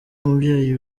umubyeyi